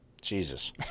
Jesus